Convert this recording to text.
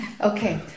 Okay